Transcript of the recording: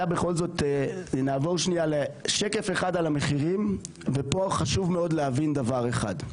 לא --- נעבור שנייה לשקף אחד על המחירים ופה חשוב מאוד להבין דבר אחד.